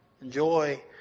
enjoy